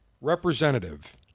representative